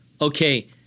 okay